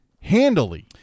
handily